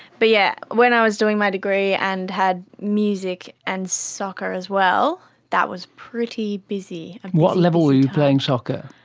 but yes, yeah when i was doing my degree and had music and soccer as well, that was pretty busy. what level were you playing soccer?